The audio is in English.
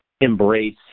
Embrace